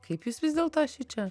kaip jūs vis dėlto šičia